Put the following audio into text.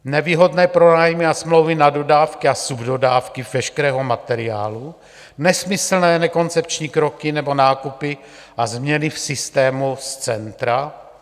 Nevýhodné pronájmy a smlouvy na dodávky a subdodávky veškerého materiálu, nesmyslné, nekoncepční kroky nebo nákupy a změny v systému z centra.